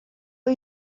are